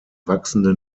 wachsende